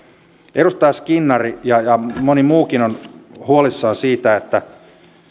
edustaja skinnari ja ja moni muukin on huolissaan siitä että